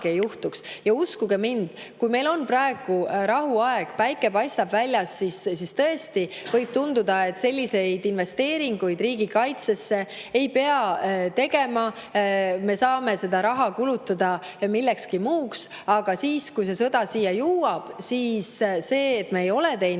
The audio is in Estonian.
juhtuda. Uskuge mind, kui meil on praegu rahuaeg, päike paistab väljas, siis tõesti võib tunduda, et selliseid investeeringuid riigikaitsesse ei pea tegema, me saame seda raha kulutada millekski muuks. Aga kui see sõda siia jõuab, siis see, et me ei ole teinud